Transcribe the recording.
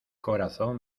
corazón